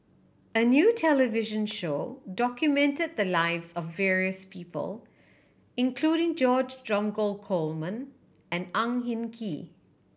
a new television show documented the lives of various people including George Dromgold Coleman and Ang Hin Kee